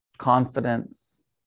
Confidence